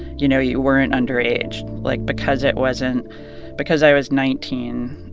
you know, you weren't underage. like because it wasn't because i was nineteen,